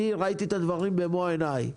אני ראיתי את הדברים במו עיניי,